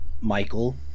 Michael